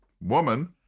woman